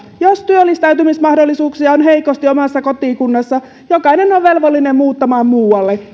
jos työllistäytymismahdollisuuksia on heikosti omassa kotikunnassa jokainen on velvollinen muuttamaan muualle